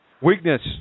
Weakness